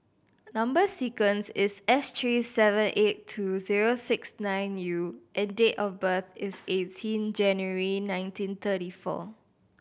number sequence is S three seven eight two zero six nine U and date of birth is eighteen January nineteen thirty four